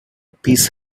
peace